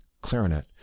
clarinet